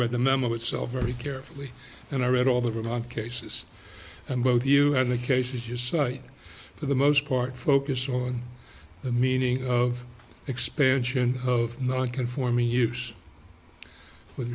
read the memo itself very carefully and i read all the wrong cases and both you and the cases you cite for the most part focus on the meaning of expansion of non conforming use with